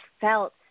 felt